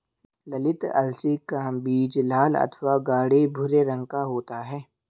ललीत अलसी का बीज लाल अथवा गाढ़े भूरे रंग का होता है